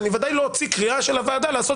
אני ודאי לא אוציא קריאה של הוועדה לעשות